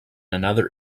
another